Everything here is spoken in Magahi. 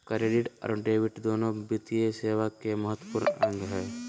क्रेडिट और डेबिट दोनो वित्तीय सेवा के महत्त्वपूर्ण अंग हय